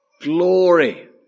glory